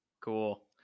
Cool